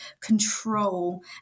control